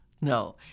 No